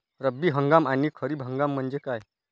रब्बी हंगाम आणि खरीप हंगाम म्हणजे काय?